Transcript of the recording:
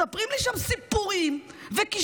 מספרים לי שם סיפורים וקשקושים.